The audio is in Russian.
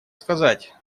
сказать